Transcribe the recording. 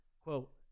Quote